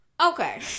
Okay